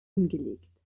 angelegt